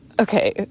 Okay